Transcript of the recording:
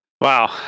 Wow